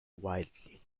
wildly